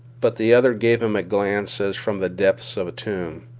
but the other gave him a glance as from the depths of a tomb,